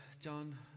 John